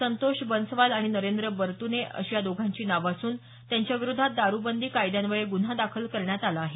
संतोष बन्सवाल आणि नरेंद्र बरतुने अशी या दोघांची नावं असून त्यांच्याविरोधात दारुबंदी कायद्यान्वये गुन्हा दाखल करण्यात आला आहे